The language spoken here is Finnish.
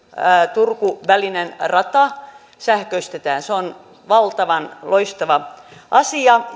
turku välinen rata sähköistetään se on valtavan loistava asia